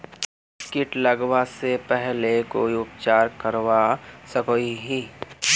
किट लगवा से पहले कोई उपचार करवा सकोहो ही?